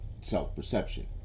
self-perception